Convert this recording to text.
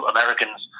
Americans